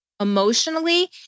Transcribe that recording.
emotionally